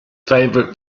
favourite